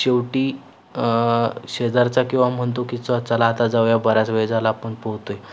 शेवटी शेजारचा किंवा म्हणतो की च चला आता जाऊया बराच वेळ झाला आपण पोहतो आहे